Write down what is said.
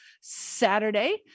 Saturday